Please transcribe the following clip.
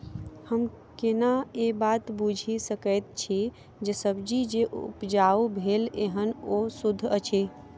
हम केना ए बात बुझी सकैत छी जे सब्जी जे उपजाउ भेल एहन ओ सुद्ध अछि?